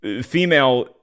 female